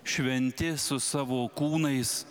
šventi su savo kūnais